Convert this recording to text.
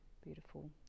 beautiful